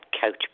coach